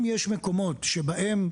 אם יש מקומות שבהם,